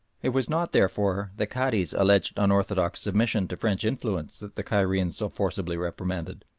it was not, therefore, the cadi's alleged unorthodox submission to french influence that the cairenes so forcibly reprimanded,